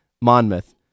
Monmouth